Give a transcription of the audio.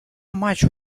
much